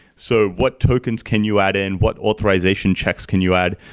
so what tokens can you add in? what authorization checks can you add?